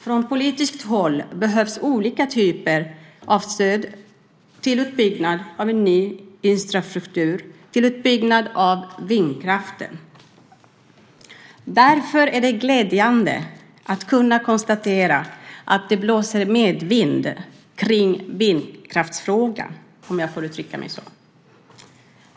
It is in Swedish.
Från politiskt håll behövs det olika typer av stöd till uppbyggnad av en ny infrastruktur och till utbyggnad av vindkraften. Därför är det glädjande att kunna konstatera att det blåser medvind i vindkraftsfrågan - om jag får uttrycka mig så.